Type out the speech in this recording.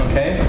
Okay